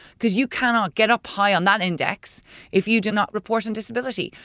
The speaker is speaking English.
because you cannot get up high on that index if you do not report on disability?